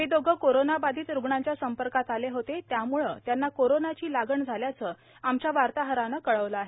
हे दोघं कोरोनाबाधित रुग्णांच्या संपर्कात आले होते त्याम्ळे त्यांना कोरोनाची लागण झाल्याचं आमच्या वार्ताहरानं कळवलं आहे